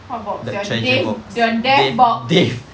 how about their dea~ their death box